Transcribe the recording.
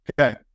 Okay